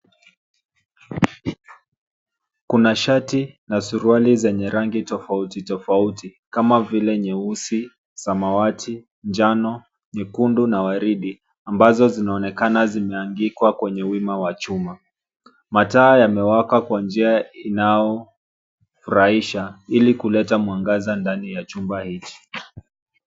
Kuna shati na suruali zenye rangi tofauti tofauti ,kama vile nyeusi, samawati, njano, nyekundu na waridi, ambazo zinaonekana zimeangikwa kwenye wima wa chuma. Mataa yamewaka kwa njia inayofurahisha ili kuleta mwangaza ndani ya chumba hiki.